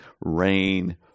rain